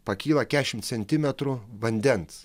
pakyla keturiasdešimt centimetrų vandens